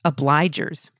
Obligers